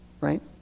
Right